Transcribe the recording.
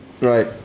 right